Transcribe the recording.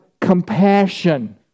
compassion